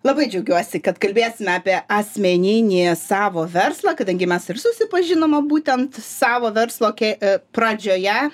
labai džiaugiuosi kad kalbėsim apie asmeninį savo verslą kadangi mes ir susipažinom a būtent savo verslo kė ė pradžioje